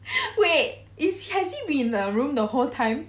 wait is has he been the room the whole time